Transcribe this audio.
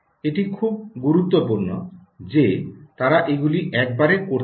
এটি খুব গুরুত্বপূর্ণ যে তারা এগুলি একবারে করতে পারে